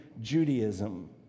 Judaism